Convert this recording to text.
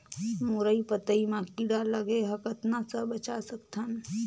मुरई पतई म कीड़ा लगे ह कतना स बचा सकथन?